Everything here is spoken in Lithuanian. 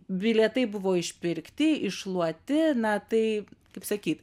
bilietai buvo išpirkti iššluoti na tai kaip sakyt